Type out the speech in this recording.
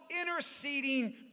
interceding